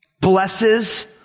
blesses